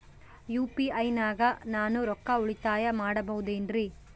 UPI ನಾಗ ನಾನು ರೊಕ್ಕ ಉಳಿತಾಯ ಮಾಡಬಹುದೇನ್ರಿ?